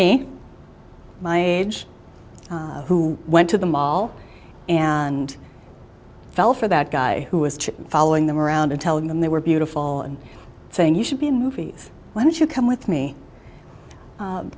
me my age who went to the mall and fell for that guy who was following them around and telling them they were beautiful and saying you should be in movies let you come with me